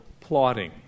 plotting